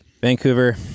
Vancouver